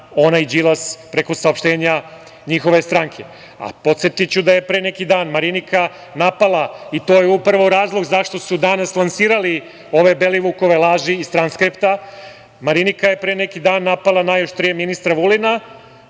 ona i Đilas, preko saopštenja njihove stranke. Podsetiću da je pre neki dan Marinika napala i to je upravo razlog zašto su danas lansirali ove Belivukove laži iz tranksripta, Marinika je pre neki dan napala i najoštrije ministra Vulina,